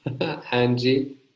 Angie